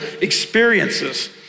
experiences